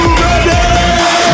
ready